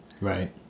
Right